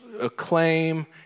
acclaim